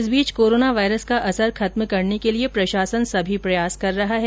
इस बीच corona virus का असर खत्म करने के लिए प्रशासन सभी प्रयास कर रहा है